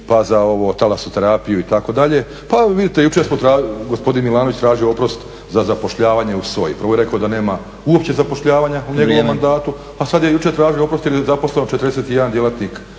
pa za ovo, talasoterapiju itd., pa vidite jučer je gospodin Jovanović tražio oprost za zapošljavanje u SOA-i. Prvo je rekao da nema uopće zapošljavanja u njegovom mandatu, a sad je jučer tražio oprost jer je zaposlen 41 djelatnik